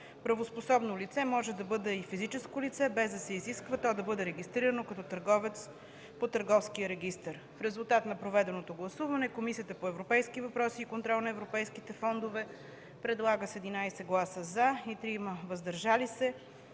правоспособното лице може да бъде и физическо лице без да се изисква то да бъде регистрирано като търговец по Търговския закон. В резултат на проведеното гласуване, Комисията по европейските въпроси и контрол на европейските фондове с 11 гласа „за” и 3 гласа „въздържали се”